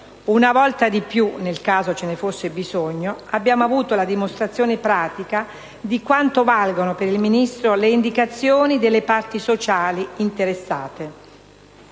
Una volta di più, nel caso ce ne fosse bisogno, abbiamo avuto la dimostrazione pratica di quanto valgano per il Ministro le indicazioni delle parti sociali interessate.